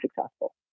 successful